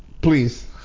Please